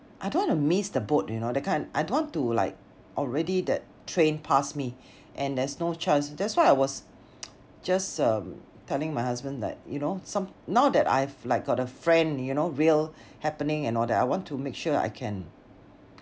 I don't want to miss the boat you know that kind I don't want to like already that train pass me and there's no chance that's why I was just um telling my husband like you know some now that I've like got a friend you know real happening and all that I want to make sure I can